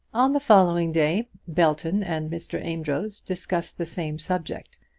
on the following day belton and mr. amedroz discussed the same subject,